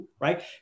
right